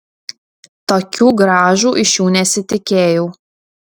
tokių grąžų iš jų nesitikėjau